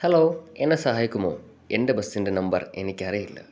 hello എന്നെ സഹായിക്കുമോ എന്റെ ബസിന്റെ നമ്പർ എനിക്ക് അറിയില്ല